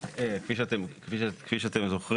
כפי שאתם זוכרים,